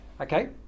Okay